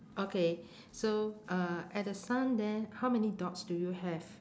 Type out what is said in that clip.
okay so uh at the sun there how many dots do you have